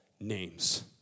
names